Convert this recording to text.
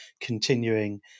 continuing